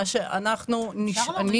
מה שאנחנו עושים